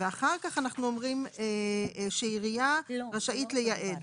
אחר כך, אנחנו אומרים שעירייה רשאית לייעד.